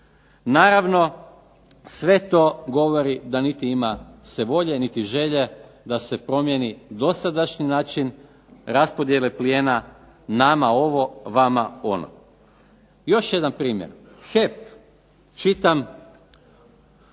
Naravno sve to govori da niti se ima volje, niti želje da se promijeni dosadašnji način raspodijele plijena nama ovo, vama ono. Još jedan primjer. HEP čitam